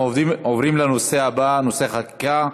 אנחנו עוברים לנושא הבא, חקיקה.